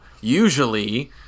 usually